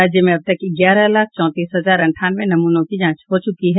राज्य में अब तक ग्यारह लाख चौंतीस हजार अंठानवे नमूनों की जांच हो चुकी है